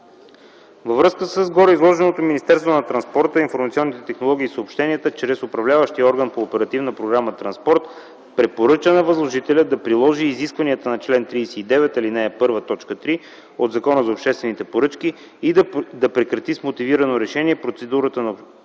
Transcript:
Във връзка с гореизложеното Министерството на транспорта, информационните технологии и съобщенията чрез управляващия орган по Оперативна програма „Транспорт”, препоръча на възложителя да приложи изискванията на чл. 39, ал. 1, т. 3 от Закона за обществените поръчки и да прекрати с мотивирано решение процедурата за обществена